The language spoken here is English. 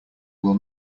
will